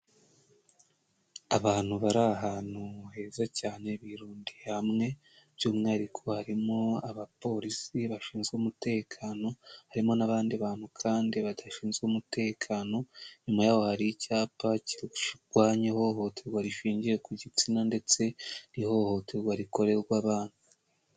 Abantu bari ahantu heza cyane birundiye hamwe by'umwihariko harimo abapolisi bashinzwe umutekano, harimo n'abandi bantu kandi badashinzwe umutekano, inyuma yaho hari icyapa kirwanya ihohoterwa rishingiye ku gitsina ndetse n'ihohoterwa rikorerwa abana.